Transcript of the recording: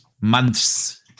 months